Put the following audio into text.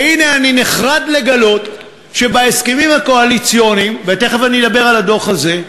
והנה אני נחרד לגלות שבהסכמים הקואליציוניים ותכף אני אדבר על הדוח הזה,